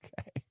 Okay